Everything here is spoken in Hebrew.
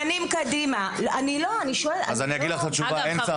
אין שר